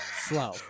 Slow